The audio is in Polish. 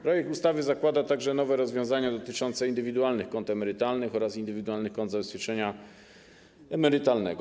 Projekt ustawy zakłada także nowe rozwiązania dotyczące indywidualnych kont emerytalnych oraz indywidualnych kont zabezpieczenia emerytalnego.